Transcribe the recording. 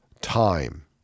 time